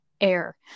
air